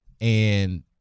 And-